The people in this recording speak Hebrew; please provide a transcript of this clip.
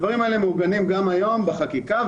הדברים מעוגנים היום בחקיקה,